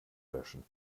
löschen